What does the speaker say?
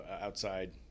outside